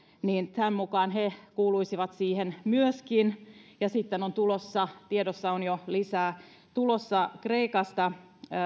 ja tämän mukaan he kuuluisivat siihen myöskin ja sitten tiedossa on jo että on lisää tulossa kreikasta